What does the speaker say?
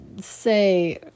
say